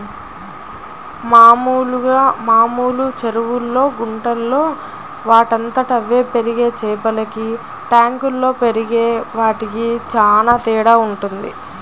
మామూలు చెరువుల్లో, గుంటల్లో వాటంతట అవే పెరిగే చేపలకి ట్యాంకుల్లో పెరిగే వాటికి చానా తేడా వుంటది